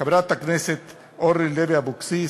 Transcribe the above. חברת הכנסת אורלי לוי אבקסיס,